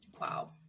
Wow